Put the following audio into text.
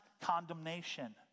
condemnation